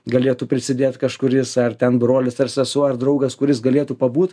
galėtų prisidėt kažkuris ar ten brolis ar sesuo ar draugas kuris galėtų pabūt